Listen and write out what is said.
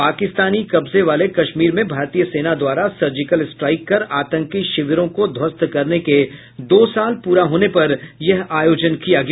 पाकिस्तानी कब्जे वाले कश्मीर में भारतीय सेना द्वारा सर्जिकल स्ट्राइक कर आतंकी शिविरों को ध्वस्त करने के दो साल प्ररे होने पर यह आयोजन किया गया